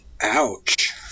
Ouch